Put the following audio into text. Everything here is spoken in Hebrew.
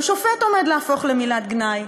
גם "שופט" עומד להפוך למילת גנאי,